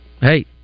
Hey